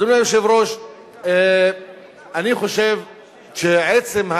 אני חושב שגישה